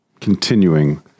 continuing